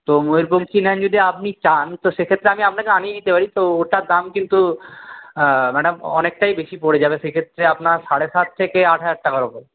তো ময়ূরপঙ্খী নেন যদি আপনি চান তো সেক্ষেত্রে আমি আপানাকে আনিয়ে দিতে পারি তো ওটার দাম কিন্তু ম্যাডাম অনেকটাই বেশি পরে যাবে সেই ক্ষেত্রে আপনার সাড়ে সাত থেকে আট হাজার টাকার ওপর